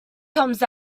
comes